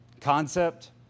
concept